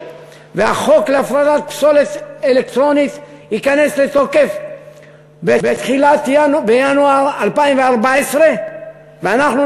והחוק להפרדת פסולת אלקטרונית ייכנס לתוקף בינואר 2014. אנחנו